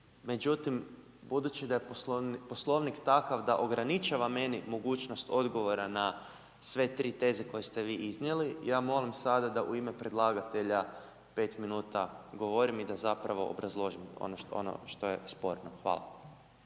međutim budući da je Poslovnik takav da ograničava meni mogućnost odgovora na sve tri teze koje ste vi iznijeli, ja molim sada da u ime predlagatelja 5 min govorim i da zapravo obrazložim ono što je sporno, hvala.